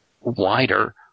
wider